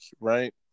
right